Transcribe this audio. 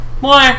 More